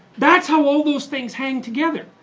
that's how all those things hang together.